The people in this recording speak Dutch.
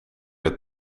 het